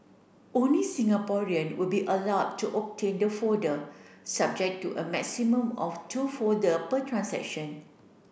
only Singaporean will be allowed to obtain the folder subject to a maximum of two folder per transaction